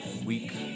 Week